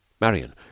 Marian